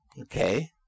Okay